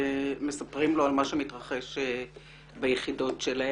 ומספרים לו על המתרחש ביחידותיהם.